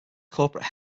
corporate